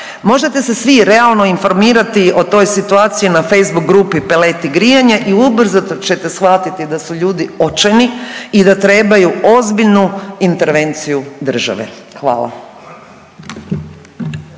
možete se svi realno informirati o toj situaciji na Facebook grupi Peleti grijanje i ubrzo ćete shvatiti da su ljudi očajni i da te trebaju ozbiljnu intervenciju države. Hvala.